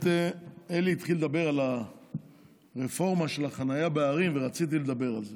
אלי התחיל לדבר על הרפורמה של החניה בערים ורציתי לדבר על זה.